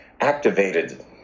activated